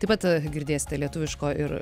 taip pat girdės lietuviško ir